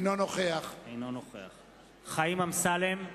אינו נוכח חיים אמסלם,